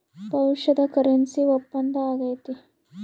ಭವಿಷ್ಯದ ಕರೆನ್ಸಿ ಒಪ್ಪಂದ ಆಗೈತೆ